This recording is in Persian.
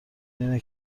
اینه